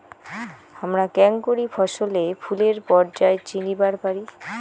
হামরা কেঙকরি ফছলে ফুলের পর্যায় চিনিবার পারি?